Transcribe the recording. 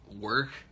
work